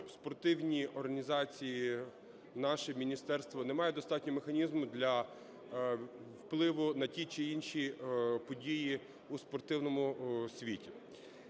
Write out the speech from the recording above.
спортивні організації, наше міністерство не мають достатньо механізмів для впливу на ті чи інші події у спортивному світі.